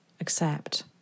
accept